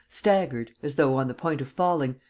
staggered, as though on the point of falling,